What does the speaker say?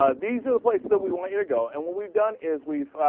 ah these are the place that we want you to go and what we've done is we've ah.